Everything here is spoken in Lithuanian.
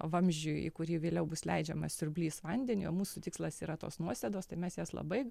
vamzdžiui į kurį vėliau bus leidžiamas siurblys vandeniui o mūsų tikslas yra tos nuosėdos tai mes jas labai